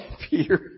Peter